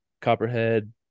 Copperhead